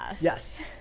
Yes